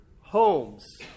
homes